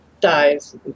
dies